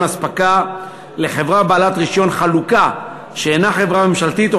אספקה לחברה בעלת רישיון חלוקה שאינה חברה ממשלתית או